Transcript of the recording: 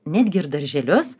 netgi ir darželius